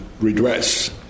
redress